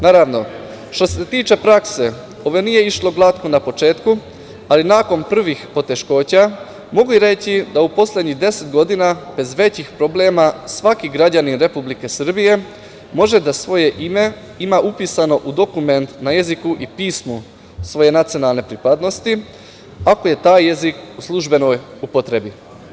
Naravno, što se tiče prakse ovo nije išlo glatko na početku, ali nakon prvih poteškoća mogu reći da u poslednjih deset godina bez većih problema svaki građanin Republike Srbije može da svoje ime ima upisano u dokumentu na jeziku i pismu svoje nacionalne pripadnosti ako je taj jezik u službenoj upotrebi.